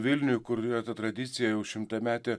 vilniuj kur yra ta tradicija jau šimtametė